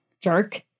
jerk